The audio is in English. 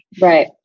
Right